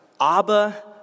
Abba